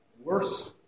worse